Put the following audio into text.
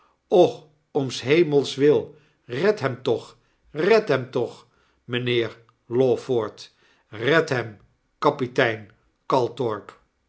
och om shemels willed hem toch red hem toch mijnheer lawford red hem kapitein